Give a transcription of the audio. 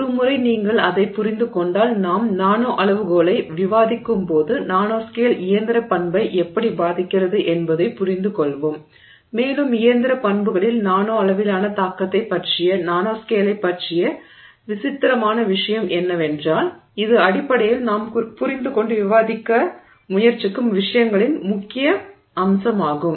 ஒருமுறை நீங்கள் அதைப் புரிந்துகொண்டால் நாம் நானோ அளவுகோளை விவாதிக்கும்போது நானோஸ்கேல் இயந்திரப் பண்பை எப்படி பாதிக்கிறது என்பதைப் புரிந்துகொள்வோம் மேலும் இயந்திர பண்புகளில் நானோ அளவிலான தாக்கத்தைப் பற்றிய நானோஸ்கேலைப் பற்றிய விசித்திரமான விஷயம் என்னவென்றால் இது அடிப்படையில் நாம் புரிந்துகொண்டு விவாதிக்க முயற்சிக்கும் விஷயங்களின் முக்கிய அம்சமாகும்